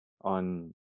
on